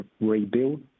rebuild